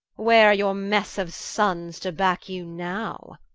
where are your messe of sonnes, to back you now?